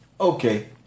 Okay